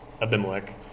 Abimelech